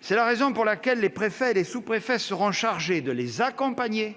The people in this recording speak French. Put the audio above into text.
C'est pourquoi les préfets et les sous-préfets seront chargés de les accompagner